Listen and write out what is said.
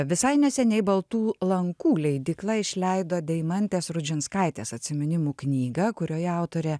visai neseniai baltų lankų leidykla išleido deimantės rudžinskaitės atsiminimų knygą kurioje autorė